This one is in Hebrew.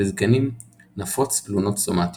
בזקנים נפוץ תלונות סומטיות.